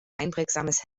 einprägsames